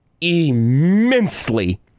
immensely